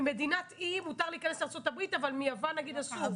ממדינת אי מותר להיכנס לארצות הברית אבל מיוון נגיד אסור.